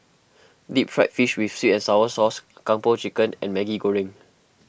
Deep Fried Fish with Sweet and Sour Sauce Kung Po Chicken and Maggi Goreng